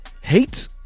hate